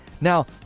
now